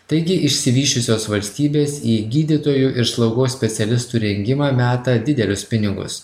taigi išsivysčiusios valstybės į gydytojų ir slaugos specialistų rengimą meta didelius pinigus